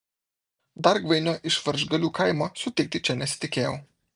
dargvainio iš varžgalių kaimo sutikti čia nesitikėjau